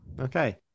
Okay